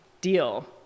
deal